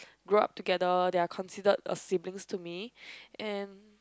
grow up together they are considered a siblings to me and